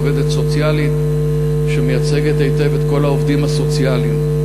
עובדת סוציאלית שמייצגת היטב את כל העובדים הסוציאליים.